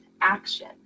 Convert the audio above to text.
action